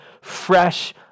fresh